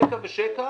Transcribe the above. תקע ושקע